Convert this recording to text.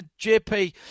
JP